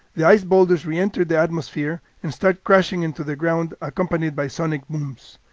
the ice boulders reenter the atmosphere and start crashing into the ground accompanied by sonic booms.